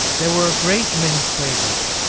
there were a great many quabos,